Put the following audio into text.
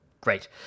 Great